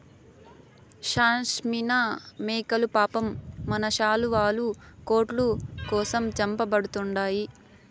షాస్మినా మేకలు పాపం మన శాలువాలు, కోట్ల కోసం చంపబడతండాయి